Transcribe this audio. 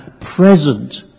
present